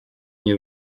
nie